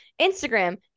Instagram